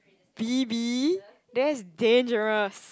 B_B that is dangerous